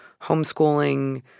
homeschooling